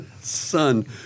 son